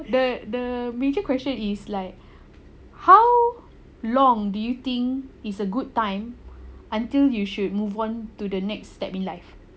the the major question is like how long do you think is a good time until you should move on to the next step in life